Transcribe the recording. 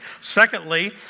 Secondly